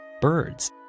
birds